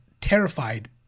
terrified